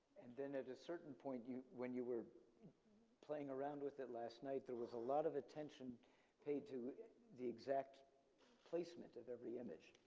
and then at a certain point you, when you were playing around with it last night there was a lot of attention paid to the exact placement of every image.